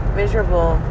miserable